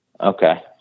Okay